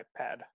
iPad